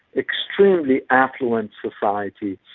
extremely affluent society.